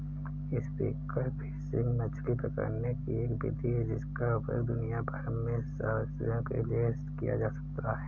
spear fishing मछली पकड़ने की एक विधि है जिसका उपयोग दुनिया भर में सहस्राब्दियों से किया जाता रहा है